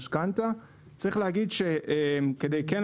כמעט אין הטבה כי קשה